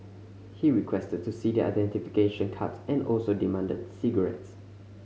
he requested to see their identification cards and also demanded cigarettes